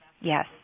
Yes